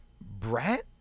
Brett